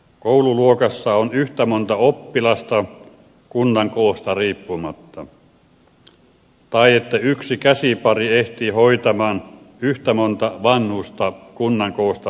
koululuokassa on yhtä monta oppilasta kunnan koosta riippumatta ja yksi käsipari ehtii hoitamaan yhtä monta vanhusta kunnan koosta riippumatta